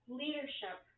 leadership